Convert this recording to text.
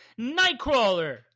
Nightcrawler